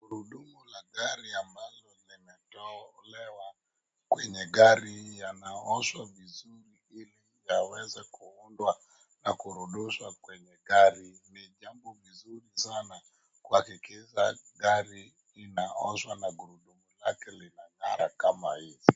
Gurudumu la gari ambalo limetolewa kwenye gari hii yanaoshwa vizuri iki yaweze kuundwa na kurudishwa kwenye gari ni jambo mzuri sana kuhakikisha gari inaoshwa na gurudumu lake linang'ara kama hii.